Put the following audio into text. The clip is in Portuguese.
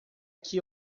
que